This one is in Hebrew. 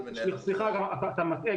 סליחה, אתה מטעה.